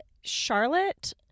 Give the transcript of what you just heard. Charlotte